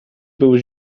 był